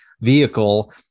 vehicle